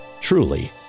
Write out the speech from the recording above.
truly